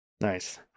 Nice